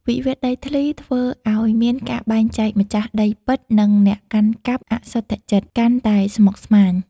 វិវាទដីធ្លីធ្វើឱ្យមានការបែងចែក "ម្ចាស់ដីពិត" និង "អ្នកកាន់កាប់អសុទ្ធចិត្ត" កាន់តែស្មុគស្មាញ។